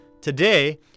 Today